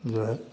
जो है